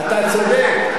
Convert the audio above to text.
אתה צודק.